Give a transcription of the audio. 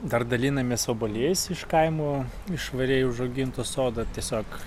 dar dalinamės obuoliais iš kaimo iš švariai užauginto sodo tiesiog